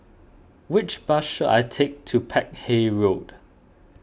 which bus should I take to Peck Hay Road